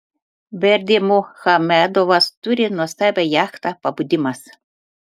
berdymuchamedovas turi nuostabią jachtą pabudimas